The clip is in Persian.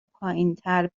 پایینتر